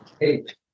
eight